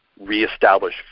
reestablish